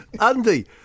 Andy